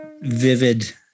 vivid